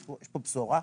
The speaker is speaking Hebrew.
יש פה בשורה,